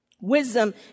Wisdom